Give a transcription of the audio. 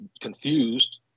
confused